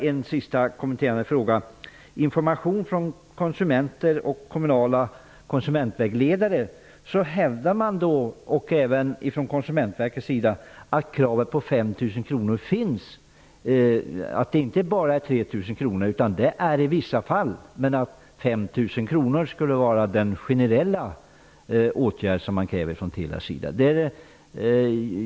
En sista kompletterande fråga: I informationen från konsumenter, kommunala konsumentvägledare och Konsumentverket hävdas det att kravet på 5 000 kr finns. Det är 3 000 kr bara i vissa fall, men 5 000 kr skulle vara det generella.